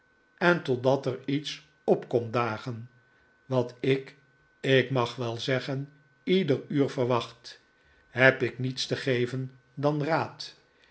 en totdat er iets op david copperfield komt dagen wat ik ik mag wel zeggen ieder uur verwacht heb ik niets te geven dan raad